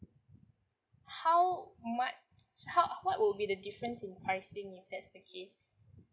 how much how what would be the difference in pricing if that's the case